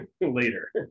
later